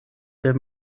der